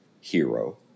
hero